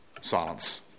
Silence